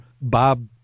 Bob